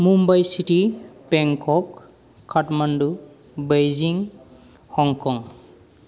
Mumbai city Bangkok Kathmandu Beijing Hong Kong